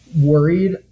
worried